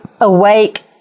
Awake